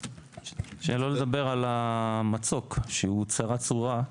שלא לדבר על המצוק שהוא צרה צרורה,